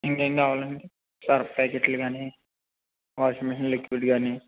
ఇంకేం కావాలండి సర్ఫ్ ప్యాకెట్లు కానీ వాషింగ్ మెషిన్ లిక్విడ్ కానీ